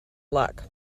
luck